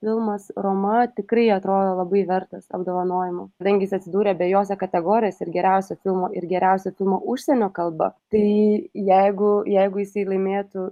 filmas roma tikrai atrodo labai vertas apdovanojimų kadangi jis atsidūrė abejose kategorijose ir geriausio filmo ir geriausio filmo užsienio kalba tai jeigu jeigu jisai laimėtų